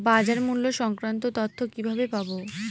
বাজার মূল্য সংক্রান্ত তথ্য কিভাবে পাবো?